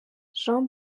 jean